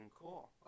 cool